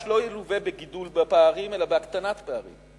לא ילווה בגידול הפערים אלא בהקטנת פערים.